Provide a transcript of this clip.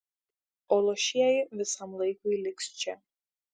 o luošieji visam laikui liks čia